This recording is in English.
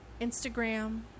Instagram